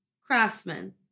craftsman